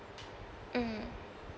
mm